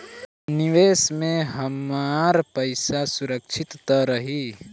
निवेश में हमार पईसा सुरक्षित त रही?